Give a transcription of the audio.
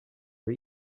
our